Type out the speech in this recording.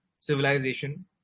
civilization